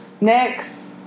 Next